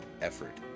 effort